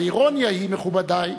האירוניה היא, מכובדי,